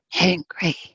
angry